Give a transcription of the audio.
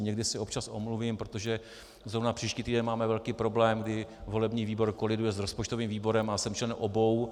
Někdy se občas omluvím, protože zrovna příští týden máme velký problém, kdy volební výbor koliduje s rozpočtovým výborem, a já jsem členem obou.